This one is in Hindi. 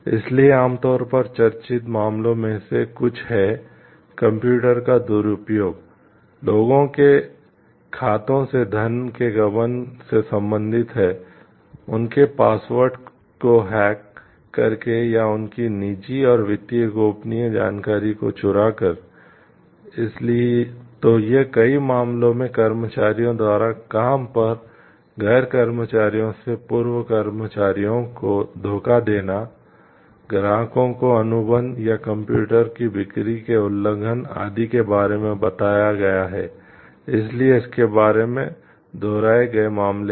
इसलिए आमतौर पर चर्चित मामलों में से कुछ हैं कंप्यूटर की बिक्री के उल्लंघन आदि के बारे में बताया गया है इसलिए इसके बारे में दोहराए गए मामले हैं